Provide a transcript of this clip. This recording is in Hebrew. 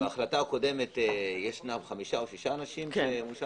בהחלטה הקודמת יש חמישה או שישה אנשים.